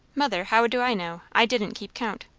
mother, how do i know? i didn't keep count.